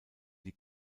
die